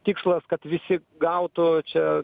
tikslas kad visi gautų čia